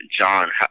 John